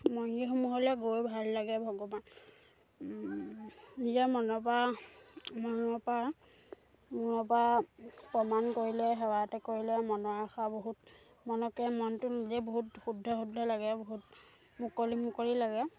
মন্দিৰসমূহলৈ গৈ ভাল লাগে ভগৱান নিজৰ মনৰ পৰা মনৰ পৰা মনৰ পৰা প্ৰমাণ কৰিলে সেৱা এটা কৰিলে মনৰ আশা বহুত মনতে মনটো নিজে বহুত শুদ্ধ শুদ্ধ লাগে বহুত মুকলি মুকলি লাগে